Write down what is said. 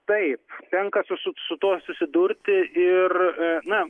taip tenka su su tuo susidurti ir na